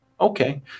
Okay